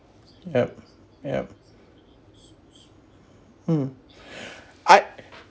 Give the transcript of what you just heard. yup yup mm I